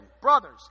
brothers